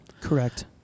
Correct